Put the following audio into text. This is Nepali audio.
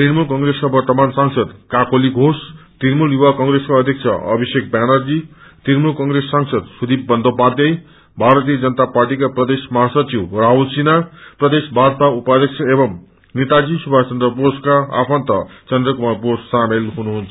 तृणमूल कंप्रेसका वन्नमान सांसद कााकेली घोष तृणमूल युवा कंप्रेसका अध्यक्ष अभिषेक व्यानर्जी तृणमूल कंप्रेस सांसद सुदीप बन्दोपाध्याय भारतीय जनता पार्टीका प्रदेश महासचिव राहुत सिन्हा प्रदेश भाजपा उपाध्यक्ष एवं नेताजी सुभाष चन्द्र वोसका आफन्त चन्द्रकुमार वोस सामेल हुनुहुन्छ